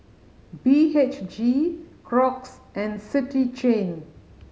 B H G Crocs and City Chain